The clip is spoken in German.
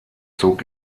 zog